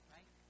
Right